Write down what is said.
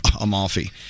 Amalfi